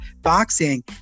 boxing